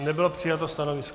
Nebylo přijato stanovisko.